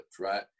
right